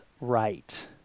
right